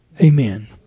amen